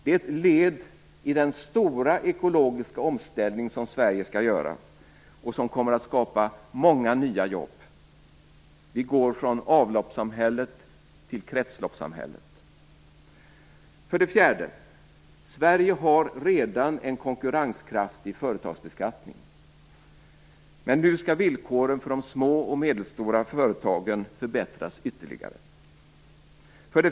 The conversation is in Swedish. Det är ett led i den stora ekologiska omställning som Sverige skall göra och som kommer att skapa många nya jobb. Vi går från avloppssamhället till kretsloppssamhället. För det fjärde: Sverige har redan en konkurrenskraftig företagsbeskattning. Nu skall villkoren för de små och medelstora företagen förbättras ytterligare.